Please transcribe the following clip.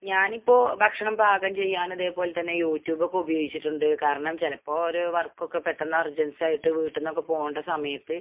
ഞാൻ ഇപ്പോൾ ഭക്ഷണം പാകം ചെയ്യാൻ ഇതേപോലെത്തന്നെ യൂട്യൂബൊക്കെ ഉപയോഗിച്ചിട്ടുണ്ട് കാരണം ചിലപ്പോൾ അവർക്കൊക്കെ പെട്ടെന്ന് അർജൻസായിട്ട് വീട്ടുന്നൊക്കെ പോകേണ്ട സമയത്ത്